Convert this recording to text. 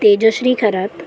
Tejashri Kharat